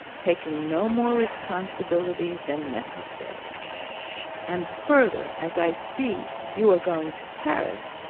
taking no more responsibility than necessary and further, as i see you are going to paris,